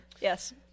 Yes